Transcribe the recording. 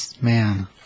Man